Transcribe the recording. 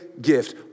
gift